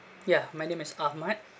yeah my name is ahmad